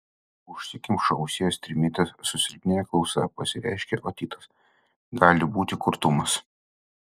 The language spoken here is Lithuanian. užsikemša ausies trimitas susilpnėja klausa pasireiškia otitas gali būti kurtumas